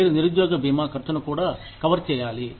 మీరు నిరుద్యోగ భీమా ఖర్చును కూడా కవర్ చేయాలి